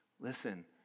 listen